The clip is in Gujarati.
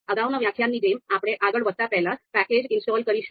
અગાઉના વ્યાખ્યાનની જેમ આપણે આગળ વધતા પહેલા પહેલા પેકેજ ઇન્સ્ટોલ કરીશું